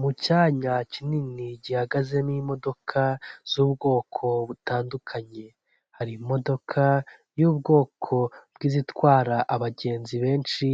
Mu cyanya kinini gihagazemo imodoka z'ubwoko butandukanye, hari imodoka y'ubwoko bw'izitwara abagenzi benshi,